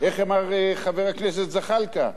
איך אמר חבר הכנסת זחאלקה?